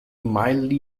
mildly